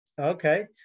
Okay